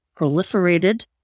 proliferated